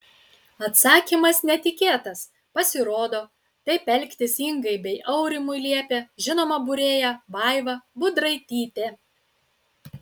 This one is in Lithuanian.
atsakymas netikėtas pasirodo taip elgtis ingai bei aurimui liepė žinoma būrėja vaiva budraitytė